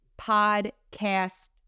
podcast